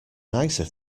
nicer